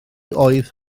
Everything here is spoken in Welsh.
oedd